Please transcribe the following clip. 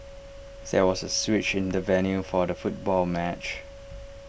there was A switch in the venue for the football match